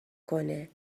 کنه